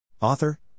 Author